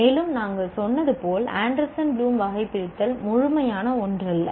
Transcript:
மேலும் நாங்கள் சொன்னது போல் ஆண்டர்சன் ப்ளூம் வகைபிரித்தல் முழுமையான ஒன்றல்ல